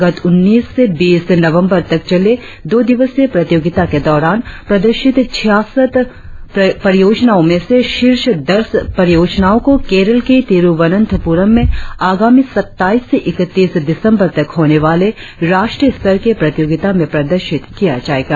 गत उन्नीस बीस नवंबर तक चले दो दिवसीय प्रतियोगिता के दौरान प्रदर्शित छियासठ परियोजनाओं में से शीर्ष दस परियोजनाओं को केरल के थीरुवनंथप्रम में आगामी सत्ताईस इकतीस दिसंबर तक होने वाले राष्ट्रीय स्तर के प्रतियोगिता में प्रदर्शित किया जाएगा